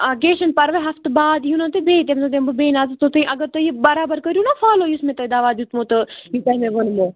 آ کیٚنٛہہ چھُنہٕ پَرواے ہَفتہٕ باد یِنو تُہۍ بیٚیہِ تَمہِ دۄہ دِمہٕ بہٕ بیٚیہِ نظر توٚتام اگر تۄہہِ یہِ بَرابر کٔرِو نا فالوٗ یُس مےٚ تۅہہِ دوا دیُتمو تہٕ یہِ تۄہہِ مےٚ ووٚنمَو